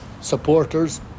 supporters